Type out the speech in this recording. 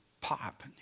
pop